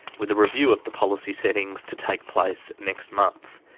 with a review of the policy settings to take place next month.